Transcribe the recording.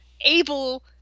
able